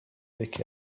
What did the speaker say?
avec